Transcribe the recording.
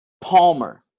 Palmer